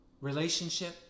relationship